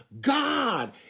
God